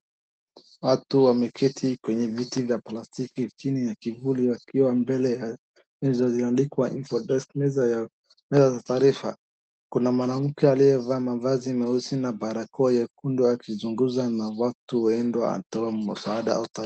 Watu wameketi kwenye viti vya plastiki chini ya kivuli wakiwa mbele ya meza iliyoandikwa infor desk , meza za taarifa. Kuna mwanamke aliyevaa mavazi meusi na barakoa nyekundu akizungumza na watu waende atoe msaada au taarifa.